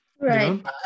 Right